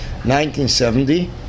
1970